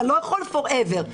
אני לא יכול for ever,